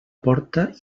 porta